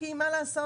כי מה לעשות?